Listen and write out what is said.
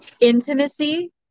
intimacy